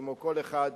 כמו כל אחד,